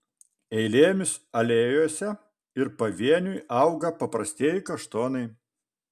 eilėmis alėjose ir pavieniui auga paprastieji kaštonai